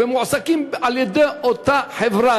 שמועסקים על-ידי אותה חברה,